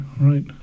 right